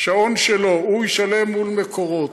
שעון שלו, הוא ישלם מול מקורות.